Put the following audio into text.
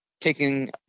taking